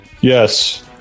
yes